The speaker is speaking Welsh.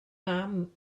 mam